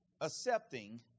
Accepting